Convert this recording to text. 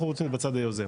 אנחנו בצד היוזם,